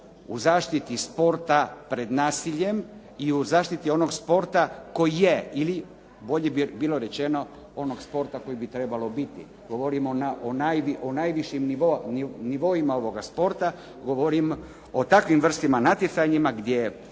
u zaštiti sporta pred nasiljem i u zaštiti onog sporta koji je ili bolje bi bilo rečeno onog sporta koji bi trebalo biti. Govorimo o najvišim nivoima ovoga sporta, govorimo o takvim vrstama natjecanja gdje